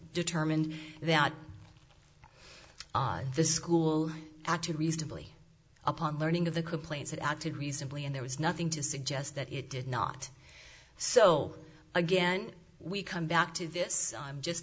determined that the school at two reasonably upon learning of the complaints had acted reasonably and there was nothing to suggest that it did not so again we come back to this just